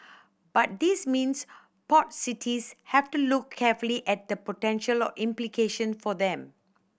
but these means port cities have to look carefully at the potential implication for them